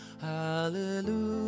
hallelujah